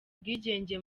ubwigenge